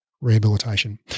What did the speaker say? Rehabilitation